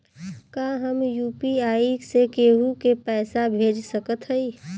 का हम यू.पी.आई से केहू के पैसा भेज सकत हई?